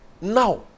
Now